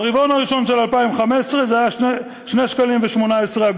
ברבעון הראשון של 2015 זה היה 2.18 שקלים,